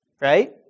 right